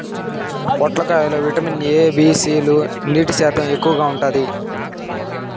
పొట్లకాయ లో విటమిన్ ఎ, బి, సి లు, నీటి శాతం ఎక్కువగా ఉంటాది